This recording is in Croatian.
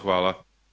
Hvala.